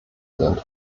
sind